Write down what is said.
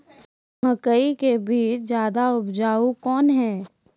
मकई के बीज ज्यादा उपजाऊ कौन है?